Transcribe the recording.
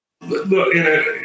Look